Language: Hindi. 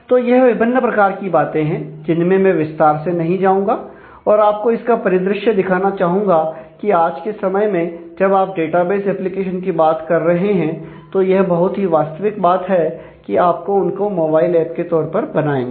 तो यह विभिन्न प्रकार की बाते हैं जिनमें मैं विस्तार से नहीं जाऊंगा और आपको इसका परिदृश्य दिखाना चाहूंगा कि आज के समय में जब आप डाटाबेस एप्लीकेशन की बात कर रहे हैं तो यह बहुत ही वास्तविक बात है कि आप उनको मोबाइल ऐप के तौर पर बनाएंगे